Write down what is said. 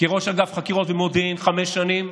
כראש אגף חקירות ומודיעין חמש שנים,